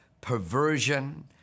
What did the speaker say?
perversion